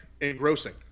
engrossing